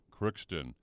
Crookston